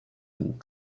and